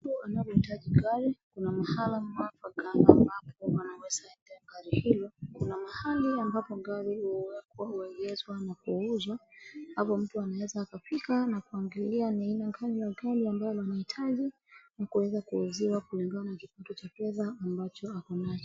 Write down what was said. Mtu anapohitaji gari, kuna mahala mwafaka ambapo anaweza endea gari hilo. Kuna mahali ambapo gari huwekwa, huengezwa na kuuzwa. Hapo mtu anaweza akafika na kuangalia ni aina gani ya gari ambalo anahitaji na kuweza kuuziwa kulingana na kipato cha pesa ambacho akonacho.